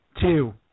Two